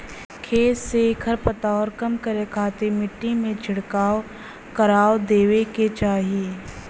खेत से खरपतवार कम करे खातिर मट्टी में छिड़काव करवा देवे के चाही